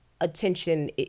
attention